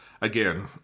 again